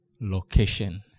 location